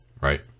right